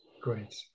great